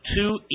two